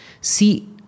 see